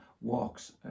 walks